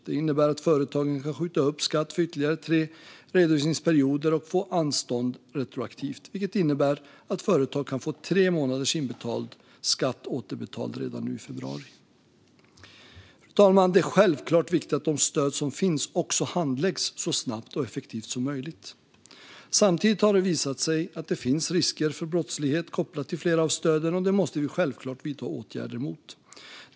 Det innebär att företagen kan skjuta upp skatt för ytterligare tre redovisningsperioder och få anstånd retroaktivt. Företag kan alltså få tre månaders inbetald skatt återbetald redan nu i februari. Fru talman! Det är självklart viktigt att de stöd som finns också handläggs så snabbt och effektivt som möjligt. Samtidigt har det visat sig att det finns risker för brottslighet kopplat till flera av stöden. Det måste vi självklart vidta åtgärder mot.